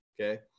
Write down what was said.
okay